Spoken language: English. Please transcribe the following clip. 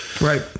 Right